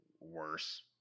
worse